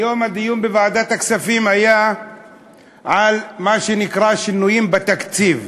היום הדיון בוועדת הכספים היה על מה שנקרא שינויים בתקציב.